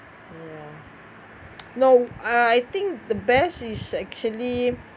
no lah no uh I think the best is actually